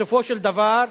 בסופו של דבר,